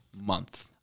month